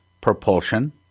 propulsion